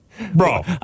bro